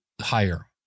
higher